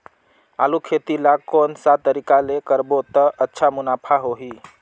आलू खेती ला कोन सा तरीका ले करबो त अच्छा मुनाफा होही?